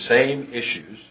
same issues